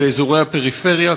באזורי הפריפריה,